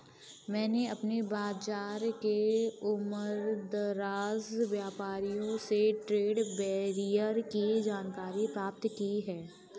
मैंने अपने बाज़ार के उमरदराज व्यापारियों से ट्रेड बैरियर की जानकारी प्राप्त की है